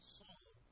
song